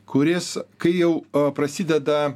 kuris kai jau prasideda